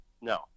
No